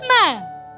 man